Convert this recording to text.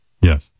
Yes